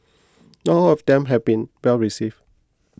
not all of them have been well receive